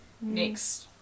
next